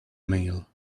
meal